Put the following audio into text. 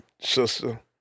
sister